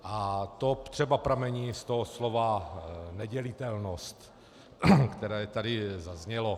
A to třeba pramení z toho slova nedělitelnost, které tady zaznělo.